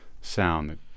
sound